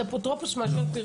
אז אפוטרופוס מאשר את הפרסום?